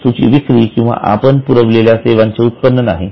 वस्तूची विक्री किंवा आपण पुरवलेल्या सेवांचे उत्पन्न नाही